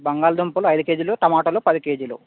బంగాళాదుంపలు ఐదు కేజీలు టమాటాలు పది కేజీలు